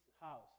house